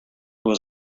there